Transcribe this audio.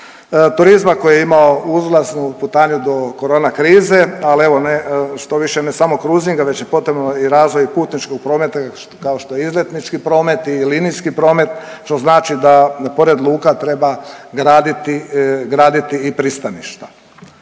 turizma koji je imao uzlaznu putanju do korona krize, ali evo, ne štoviše ne samo kruzinga, već je potrebno i razvoj putničkog prometa, kao što je izletnički promet i linijski promet, što znači da pored luka treba graditi i pristaništa.